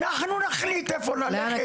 אנחנו נחליט לאיפה ללכת.